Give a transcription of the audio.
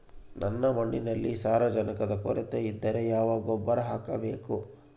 ನನ್ನ ಮಣ್ಣಿನಲ್ಲಿ ಸಾರಜನಕದ ಕೊರತೆ ಇದ್ದರೆ ಯಾವ ಗೊಬ್ಬರ ಹಾಕಬೇಕು?